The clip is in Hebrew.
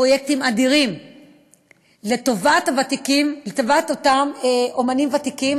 פרויקטים אדירים לטובת אותם אמנים ותיקים.